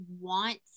want